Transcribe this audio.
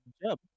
job